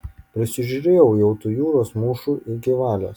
prisižiūrėjau jau tų jūros mūšų iki valios